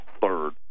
third